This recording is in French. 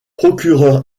procureur